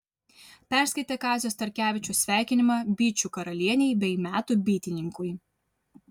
perskaitė kazio starkevičiaus sveikinimą bičių karalienei bei metų bitininkui